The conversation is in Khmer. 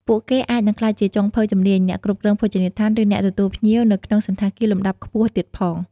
ពួកគេអាចនឹងក្លាយជាចុងភៅជំនាញ អ្នកគ្រប់គ្រងភោជនីយដ្ឋាន ឬអ្នកទទួលភ្ញៀវនៅក្នុងសណ្ឋាគារលំដាប់ខ្ពស់ទៀតផង។